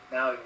Now